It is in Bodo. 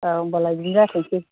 औ होमबालाय बिदिनो जाथोंसै